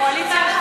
אז למה אתה אומר,